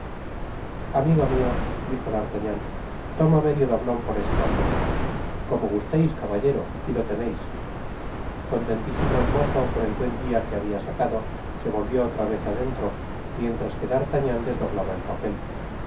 amigo mio dijo d'artagnan toma medio doblon por ese papel como gusteis caballero aqui lo teneis contentisimo e mozo con el buen dia que habia sacado se volvió otra vei adentro mientras que d'artagnan desdoblaba el papel y